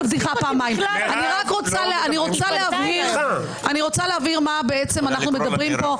אני רוצה להבהיר על מה אנחנו מדברים פה.